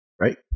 right